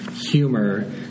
humor